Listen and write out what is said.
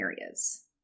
areas